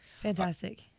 fantastic